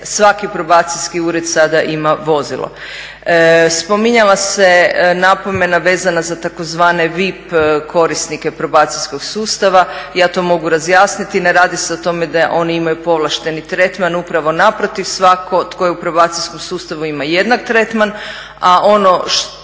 svaki probacijski ured sada ima vozilo. Spominjala se napomena vezana za tzv. vip korisnike probacijskog sustava. Ja to mogu razjasniti, ne radi se o tome da oni imaju povlašteni tretman, upravo naprotiv. Svatko tko je u probacijskom sustavu ima jednak tretman,